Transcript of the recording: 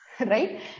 Right